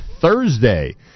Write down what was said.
Thursday